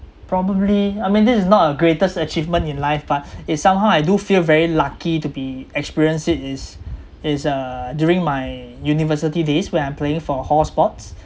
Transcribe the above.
probably I mean this is not a greatest achievement in life but it somehow I do feel very lucky to be experience it is is uh during my university days where I'm playing for hall sports